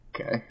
Okay